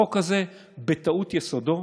החוק הזה, בטעות יסודו.